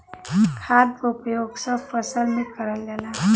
खाद क उपयोग सब फसल में करल जाला